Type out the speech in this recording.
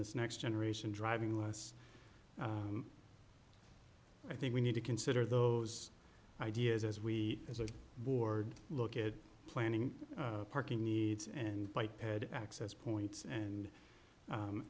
this next generation driving less i think we need to consider those ideas as we as a board look at planning parking needs and bike had access points and